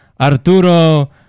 Arturo